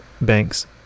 banks